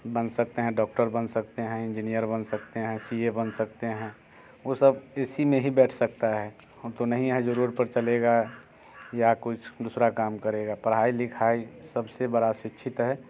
बन सकते हैं डॉक्टर बन सकते हैं इंजीनियर बन सकते हैं सी ए बन सकते हैं वो सब इसी में ही बैठ सकता है हम तो नहीं है जो रोड पर चलेगा या कुछ दूसरा काम करेगा पढ़ाई लिखाई सबसे बड़ा शिक्षित है